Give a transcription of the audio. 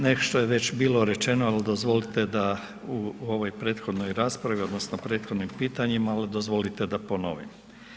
Nešto je već bilo rečeno, ali dozvolite da u ovoj prethodnoj raspravi odnosno prethodnim pitanjima, ali dozvolite da ponovim.